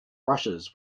brushes